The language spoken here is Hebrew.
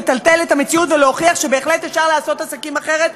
לטלטל את המציאות ולהוכיח שבהחלט אפשר לעשות עסקים אחרת.